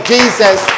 Jesus